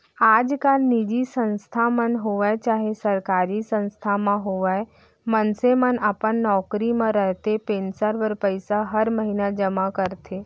आजकाल निजी संस्था म होवय चाहे सरकारी संस्था म होवय मनसे मन अपन नौकरी म रहते पेंसन बर पइसा हर महिना जमा करथे